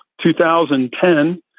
2010